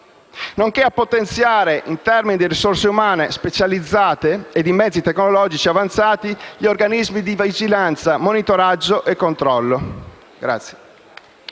nonché a potenziare, in termini di risorse umane specializzate e di mezzi tecnologici avanzati, gli organismi di vigilanza, monitoraggio e controllo.